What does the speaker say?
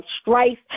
strife